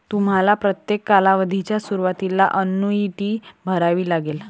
तुम्हाला प्रत्येक कालावधीच्या सुरुवातीला अन्नुईटी भरावी लागेल